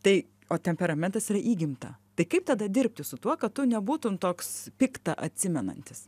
tai o temperamentas yra įgimta tai kaip tada dirbti su tuo kad tu nebūtum toks pikta atsimenantis